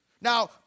Now